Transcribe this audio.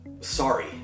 Sorry